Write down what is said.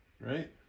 right